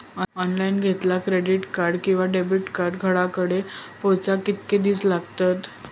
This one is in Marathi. ऑनलाइन घेतला क्रेडिट कार्ड किंवा डेबिट कार्ड घराकडे पोचाक कितके दिस लागतत?